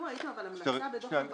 ראיתם המלצה בדוח המבקר?